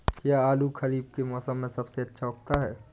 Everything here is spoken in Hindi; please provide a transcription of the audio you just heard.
क्या आलू खरीफ के मौसम में सबसे अच्छा उगता है?